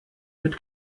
mit